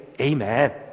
amen